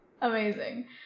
amazing